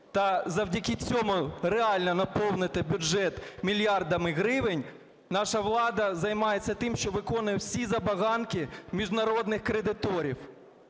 та завдяки цьому реально наповнити бюджет мільярдами гривень, наша влада займається тим, що виконує всі забаганки міжнародних кредиторів.